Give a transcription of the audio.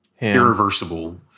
irreversible